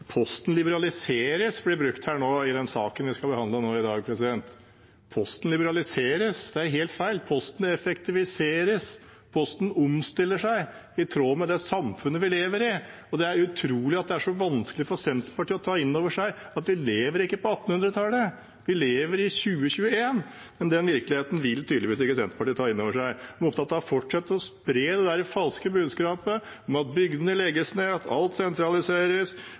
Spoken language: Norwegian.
Posten liberaliseres, ble det sagt i saken vi behandler i dag. Det er helt feil, Posten effektiviseres, Posten omstiller seg i tråd med det samfunnet vi lever i. Det er utrolig at det er så vanskelig for Senterpartiet å ta inn over seg at vi ikke lever på 1800-tallet, men at vi lever i 2021. Den virkeligheten vil tydeligvis ikke Senterpartiet ta inn over seg. Man er opptatt av å fortsette med å spre dette falske budskapet om at bygdene legges ned, at alt sentraliseres